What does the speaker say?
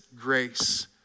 grace